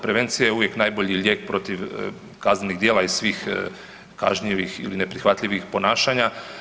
Prevencija je uvijek najbolji lijek protiv kaznenih djela i svih kažnjivih ili neprihvatljivih ponašanja.